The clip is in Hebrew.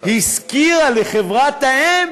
השכירה לחברה האם